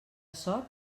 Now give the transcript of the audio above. sort